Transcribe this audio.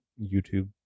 youtube